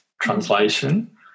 translation